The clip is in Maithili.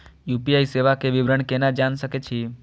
यू.पी.आई सेवा के विवरण केना जान सके छी?